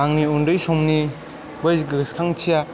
आंनि उन्दै समनि बै गोसोखांथिया